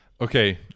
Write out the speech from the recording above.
Okay